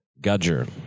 Gudger